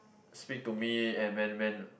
speak to me and when when